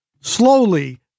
Slowly